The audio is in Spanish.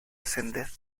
ascender